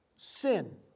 Sin